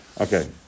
Okay